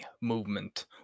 movement